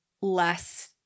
less-